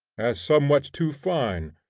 as somewhat too fine,